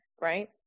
right